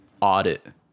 audit